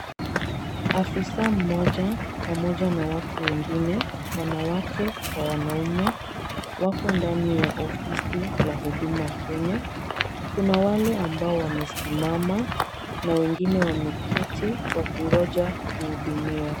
Afisa mmoja pamoja na watu wengine, wanawake kwa wanaume, wako ndani ya ofisi la Huduma Kenya. Kuna wale ambao wamesimama na wengine wameketi wakingoja kuhudumiwa.